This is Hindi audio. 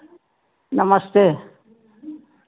नमस्ते